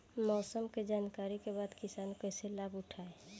मौसम के जानकरी के बाद किसान कैसे लाभ उठाएं?